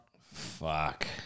Fuck